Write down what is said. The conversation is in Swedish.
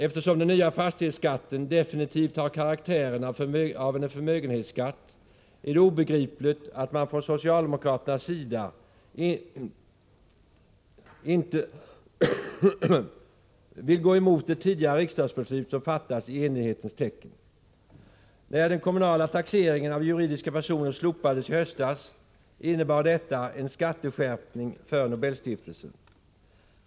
Eftersom den nya fastighetsskatten absolut har karaktären av förmögenhetsskatt, är det obegripligt att socialdemokraterna vill gå emot ett tidigare riksdagsbeslut, som fattats i enighetens tecken. När den kommunala taxeringen av juridiska personer slopades i höstas innebar detta en skärpning för Nobelstiftelsen.